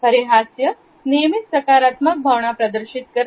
खरे हास्य नेहमीच सकारात्मक भावना प्रदर्शित करते